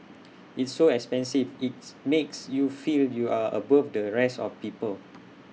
it's so expensive its makes you feel you're above the rest of people